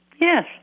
Yes